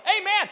Amen